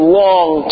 long